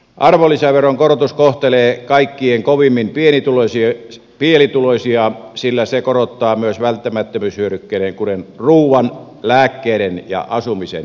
arvonlisäveron korotus kohtelee kaikkein kovimmin pienituloisia sillä se korottaa myös välttämättömyyshyödykkeiden kuten ruuan lääkkeiden ja asumisen hintaa